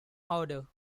order